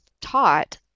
taught